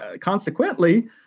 consequently